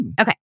Okay